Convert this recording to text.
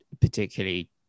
particularly